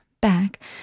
back